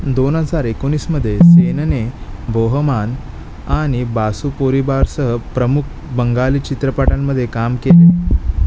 दोन हजार एकोणीसमध्ये सेनने बोहोमान आणि बासू पोरीबारसह प्रमुख बंगाली चित्रपटांमध्ये काम केले